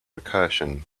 recursion